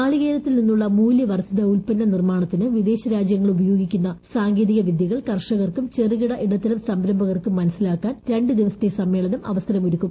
നാളികേരത്തിൽ നിന്നുള്ള മൂല്യവർദ്ധിത ഉൽപ്പന്ന നിർമ്മാണത്തിന് വിദേശരാജ്യങ്ങൾ ഉപയോഗിക്കുന്ന സാങ്കേതിക വിദ്യകൾ കർഷകർക്കും ചെറുകിട ഇടത്തരം സംരംഭകർക്കും മനസ്സിലാക്കാൻ രണ്ടു ദിവസത്തെ സമ്മേളനം അവസരമൊരുക്കും